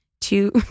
two